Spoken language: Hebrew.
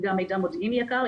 וגם מידע מודיעיני יקר.